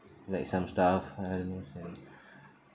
like some stuff I don't understand